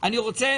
אני רוצה